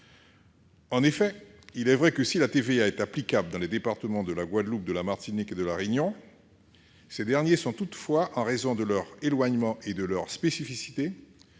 En effet, il est vrai que si la TVA est applicable dans les départements de la Guadeloupe, de la Martinique et de la Réunion, ceux-ci sont toutefois, en raison de leur éloignement et de leurs spécificités,